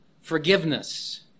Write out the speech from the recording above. forgiveness